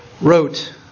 wrote